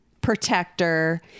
protector